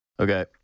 Okay